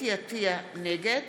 נגד